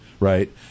Right